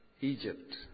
Egypt